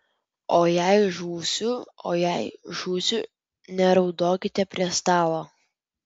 o jei žūsiu o jei žūsiu neraudokite prie stalo